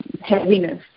heaviness